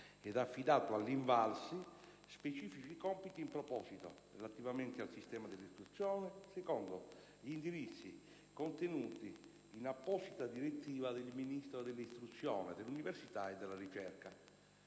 ed ha affidato all'INVALSI specifici compiti in proposito, relativamente al sistema dell'istruzione, secondo gli indirizzi contenuti in apposita direttiva del Ministro dell'istruzione, dell'università e della ricerca.